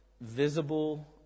visible